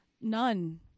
None